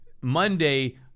Monday